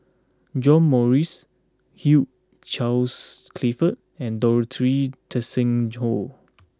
John Morrice Hugh Charles Clifford and Dorothy Tessensohn